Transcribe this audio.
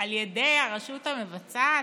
על ידי הרשות המבצעת,